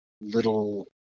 little